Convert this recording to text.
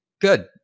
good